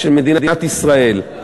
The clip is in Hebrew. של מדינת ישראל.